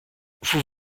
vous